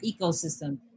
ecosystem